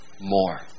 more